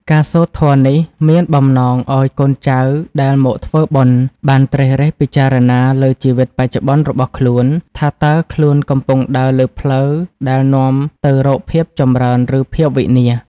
ការសូត្រធម៌នេះមានបំណងឱ្យកូនចៅដែលមកធ្វើបុណ្យ បានត្រិះរិះពិចារណាលើជីវិតបច្ចុប្បន្នរបស់ខ្លួន ថាតើខ្លួនកំពុងដើរលើផ្លូវដែលនាំទៅរកភាពចម្រើន ឬភាពវិនាស។